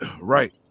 Right